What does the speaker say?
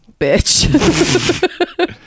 bitch